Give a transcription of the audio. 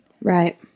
Right